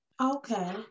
Okay